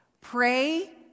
Pray